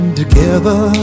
together